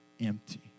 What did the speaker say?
empty